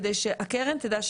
כדי שהקרן תדע,